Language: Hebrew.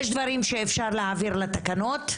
יש דברים שאפשר להעביר לתקנות,